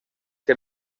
que